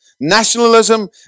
nationalism